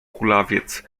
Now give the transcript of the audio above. kulawiec